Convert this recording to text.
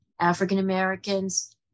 African-Americans